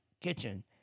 kitchen